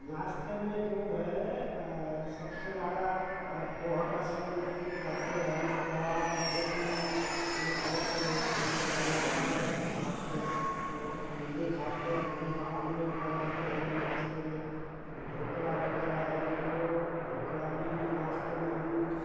नाश्ते में जो है सबसे ज़्यादा पोहा का सेवन की करते हैं हम पोहा बहुत ही हल्का रे हल्का कहलाता है उसको खाते और अंडे खाते अंडे का आमलेट बनाते हैं नाश्ते में ढोकला वग़ैरह है जो ढोकला भी नाश्ते में हम